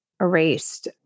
erased